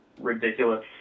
ridiculous